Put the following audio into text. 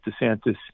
DeSantis